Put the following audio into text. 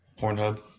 Pornhub